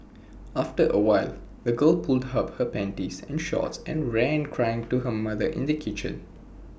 after A while the girl pulled up her panties and shorts and ran crying to her mother in the kitchen